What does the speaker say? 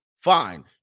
fine